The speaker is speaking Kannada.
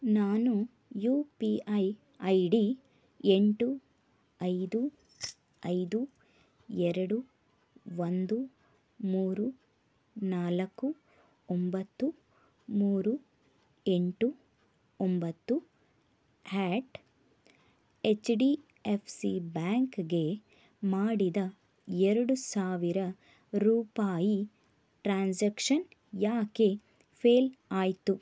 ನಾನು U P I I D ಎಂಟು ಐದು ಐದು ಎರಡು ಒಂದು ಮೂರು ನಾಲ್ಕು ಒಂಬತ್ತು ಮೂರು ಎಂಟು ಒಂಬತ್ತು at H D F C ಬ್ಯಾಂಕಿಗೆ ಮಾಡಿದ ಎರಡು ಸಾವಿರ ರೂಪಾಯಿ ಟ್ರಾನ್ಸ್ಯಾಕ್ಷನ್ ಯಾಕೆ ಫೇಲ್ ಆಯಿತು